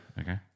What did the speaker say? Okay